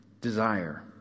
desire